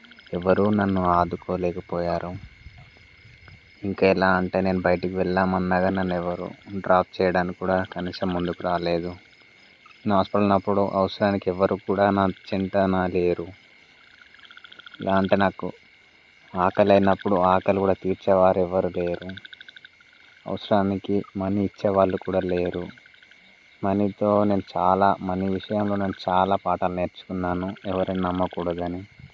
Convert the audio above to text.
ఎవరూ నన్ను ఆదుకోలేకపోయారు ఇంకెలా అంటే నేను బయటకు వెళ్ళామన్నాగానీ నన్ను ఎవరు డ్రాప్ చేయడానికి కూడా కనీసం ముందుకు రాలేదు నాస్పల్నప్పుడు అవసరానికి ఎవరు కూడా నా చెంతన లేరు ఎలా అంటే నాకు ఆకలయినప్పుడు ఆకలి కూడా తీర్చేవారు ఎవ్వరు లేరు అవసరానికి మనీ ఇచ్చే వాళ్ళు కూడా లేరు మనీతో నేను చాలా మనీ విషయంలో నేను చాలా పాఠాం నేర్చుకున్నాను ఎవరిని నమ్మకూడదని